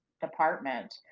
department